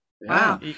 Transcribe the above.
Wow